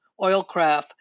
oilcraft